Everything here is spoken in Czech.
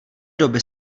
doby